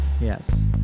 Yes